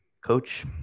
coach